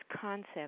concept